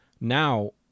now